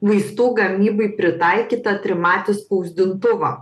vaistų gamybai pritaikytą trimatį spausdintuvą